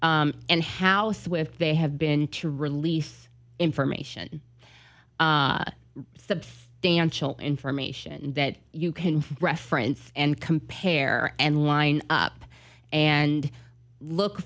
with they have been to release information substantial information that you can reference and compare and line up and look